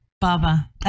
Baba